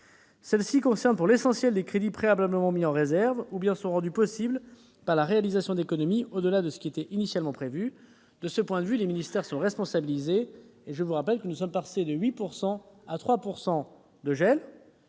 concernent pour l'essentiel des crédits préalablement mis en réserve, ou bien sont rendues possibles par la réalisation d'économies au-delà de ce qui était initialement prévu. De ce point de vue, les ministères sont responsabilisés. Je vous rappelle que nous sommes passés de 8 % à 3 % de gel,